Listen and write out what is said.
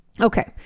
Okay